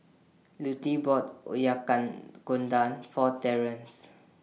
Lutie bought For Terance